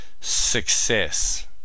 success